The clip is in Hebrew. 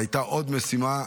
והייתה עוד משימה: